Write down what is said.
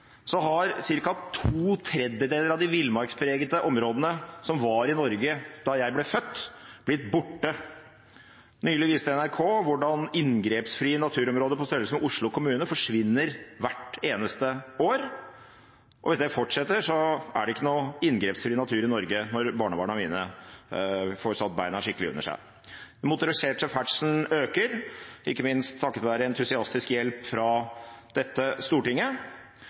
har ca. to tredjedeler av de villmarkspregede områdene som var i Norge da jeg ble født, blitt borte. Nylig viste NRK hvordan inngrepsfrie naturområder på størrelse med Oslo kommune forsvinner hvert eneste år. Hvis det fortsetter, er det ikke noen inngrepsfri natur i Norge når barnebarna mine får satt beina skikkelig under seg. Den motoriserte ferdselen øker – ikke minst takket være entusiastisk hjelp fra dette stortinget